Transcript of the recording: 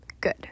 Good